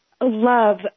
love